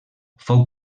fou